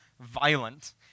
violent